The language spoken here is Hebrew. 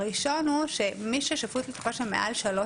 הראשון הוא שמי ששפוט לתקופה של מעל לשלוש